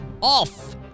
off